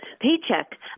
paycheck